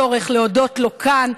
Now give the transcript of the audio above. צורך להודות לו כאן.